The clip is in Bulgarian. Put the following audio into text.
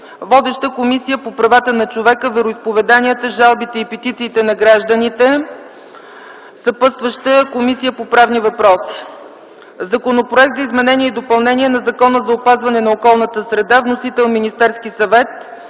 Водеща е Комисията по правата на човека, вероизповеданията, жалбите и петициите на гражданите. Съпътстваща е Комисията по правни въпроси. Законопроект за изменение и допълнение на Закона за опазване на околната среда. Вносител е Министерският съвет.